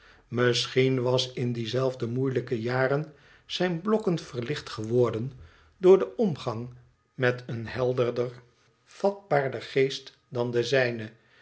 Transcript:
misschien was in die zelfde moeilijke jaren zijn blokken verlicht geworden door den omgang met een helderder vatbaarder geest dan de zijne